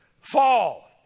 fall